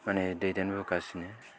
माने दैदेनबोगासिनो